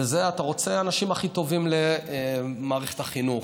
וזה, אתה רוצה את האנשים הכי טובים למערכת החינוך,